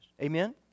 Amen